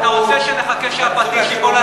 אתה רוצה שנחכה שהפטיש ייפול על הראש?